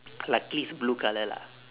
luckily it's blue colour lah